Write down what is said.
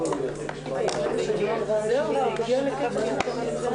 ננעלה בשעה 13:30.